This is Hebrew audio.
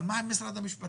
אבל מה עם משרד המשפטים?